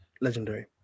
legendary